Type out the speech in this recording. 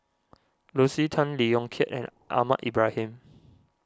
Lucy Tan Lee Yong Kiat and Ahmad Ibrahim